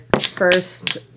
first